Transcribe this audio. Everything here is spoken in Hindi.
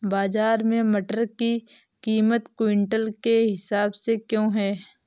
बाजार में मटर की कीमत क्विंटल के हिसाब से क्यो है?